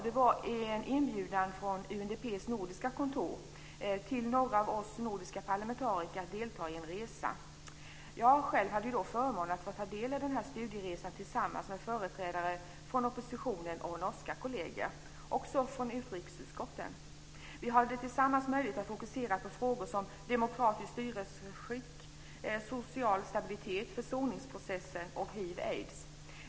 Det kom en inbjudan från UNDP:s nordiska kontor till några av oss nordiska parlamentariker att delta i en resa. Jag själv hade förmånen att få ta del av denna studieresa tillsammans med företrädare från oppositionen och norska kolleger - också från utrikesutskottet. Vi hade tillsammans möjlighet att fokusera på frågor gällande demokratiskt styrelseskick, social stabilitet, försoningsprocessen och hiv/aids.